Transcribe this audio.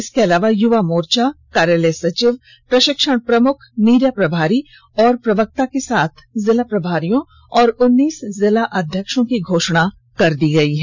इसके अलावा युवा मोर्चा कार्यालय सचिव प्रशिक्षण प्रमुख मीडिया प्रभारी और प्रवक्ता के साथ जिला प्रभारियों और उन्नीस जिला अध्यक्ष की घोषणा कर दी गई है